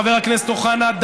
חבר הכנסת אוחנה,